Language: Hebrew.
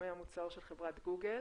תחומי המוצר של חברת גוגל.